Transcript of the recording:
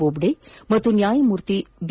ಬೋಬ್ಡೆ ಮತ್ತು ನ್ಯಾಯಮೂರ್ತಿ ಬಿ